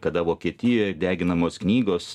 kada vokietijoj deginamos knygos